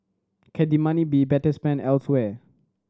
can the money be better spent elsewhere